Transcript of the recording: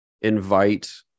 invite